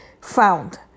found